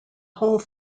whole